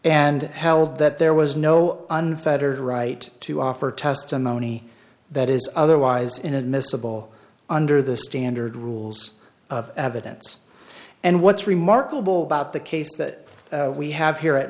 and held that there was no unfettered right to offer testimony that is otherwise inadmissible under the standard rules of evidence and what's remarkable about the case that we have here at